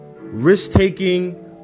risk-taking